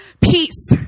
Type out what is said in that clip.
Peace